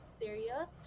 serious